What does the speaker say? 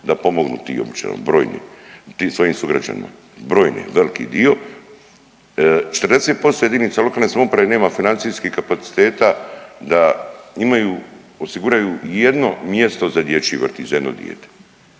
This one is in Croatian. da pomognu tim općinama brojnim, tim svojim sugrađanima, brojnim, veliki dio, 40% JLS nema financijskih kapaciteta da imaju, osiguraju ijedno mjesto za dječji vrtić za jedno dijete,